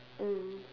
mm